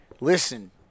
Listen